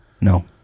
No